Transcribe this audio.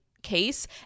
Case